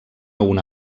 una